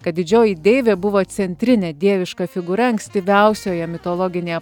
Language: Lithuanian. kad didžioji deivė buvo centrinė dieviška figūra ankstyviausioje mitologinėje